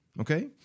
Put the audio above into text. Okay